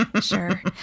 sure